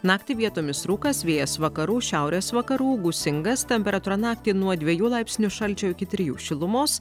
naktį vietomis rūkas vėjas vakarų šiaurės vakarų gūsingas temperatūra naktį nuo dviejų laipsnių šalčio iki trijų šilumos